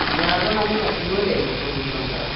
কোনোবা এজন আমি ৰাখিবই লাগিব চৌব্বিচ ঘণ্টা